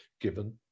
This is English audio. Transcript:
given